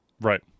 right